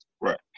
Right